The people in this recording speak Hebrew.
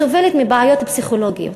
סובלת מבעיות פסיכולוגיות.